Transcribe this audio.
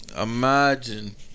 Imagine